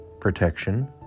protection